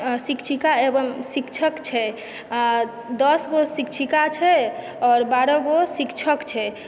शिक्षिका एवं शिक्षक छै दश गो शिक्षिका छै आओर बारह गो शिक्षक छै